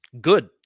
good